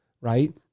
right